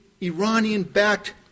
Iranian-backed